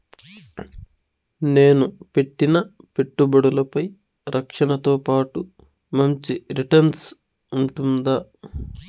నేను పెట్టిన పెట్టుబడులపై రక్షణతో పాటు మంచి రిటర్న్స్ ఉంటుందా?